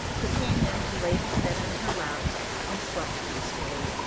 who came in and laid his head in her lap and slept peacefully.